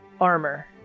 armor